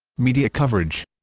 media coverage